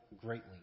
greatly